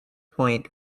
point